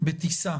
בטיסה